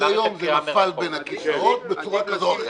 כי עד היום זה נפל בין הכיסאות בצורה כזו או אחרת.